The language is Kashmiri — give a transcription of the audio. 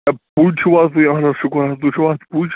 ہَے پُج چھُو حظ تُہۍ اَہَن حظ شُکُر حظ تُہۍ چھُو حظ پُج